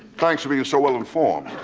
thanks for being so well informed.